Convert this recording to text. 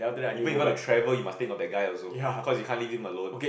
even you want to travel you must think of that guy also cause you can't leave him alone